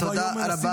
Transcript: תודה רבה.